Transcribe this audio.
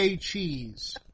cheese